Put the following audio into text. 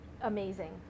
amazing